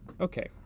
okay